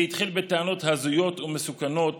זה התחיל בטענות הזויות ומסוכנות